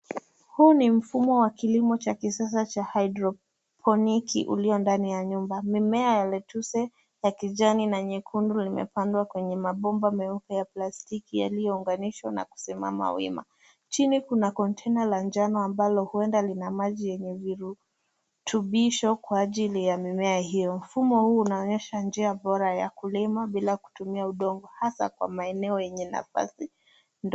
Huu ni mfumo wa kilimo cha kisasa cha hydroponiki uliyo ndani ya nyumba. Mimea ya letuse ya kijani na nyekundu limepandwa kwenye mabomba meupe ya plastiki yaliyounganishwa na kusimama wima. Chini kuna container la njano ambalo huenda lina maji yenye virutubisho kwa ajili ya mimea hiyo. Mfumo huu unaonyesha njia bora ya kulima bila kutumia udongo hasa kwa maeneo yenye nafasi ndogo.